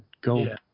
go